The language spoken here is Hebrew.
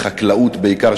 חקלאות בעיקר,